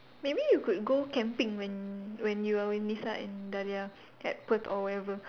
maybe you could go camping when when you are with Nisa and Dahlia at Perth or wherever